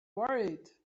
worried